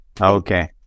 okay